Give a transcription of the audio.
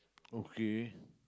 okay